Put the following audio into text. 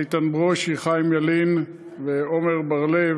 איתן ברושי, חיים ילין ועמר בר-לב,